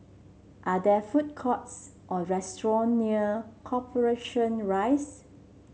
are there food courts or restaurant near Corporation Rise